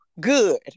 good